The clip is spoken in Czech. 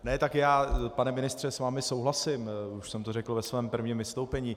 Ne, tak já, pane ministře, s vámi souhlasím, už jsem to řekl ve svém prvním vystoupení.